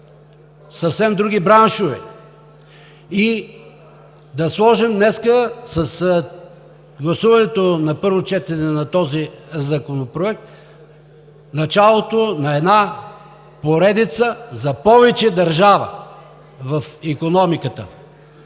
съвсем други браншове. Да сложим днес с гласуването на първо четене на този законопроект началото на една поредица за повече държава в икономиката.